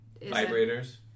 Vibrators